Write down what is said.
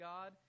God